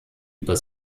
über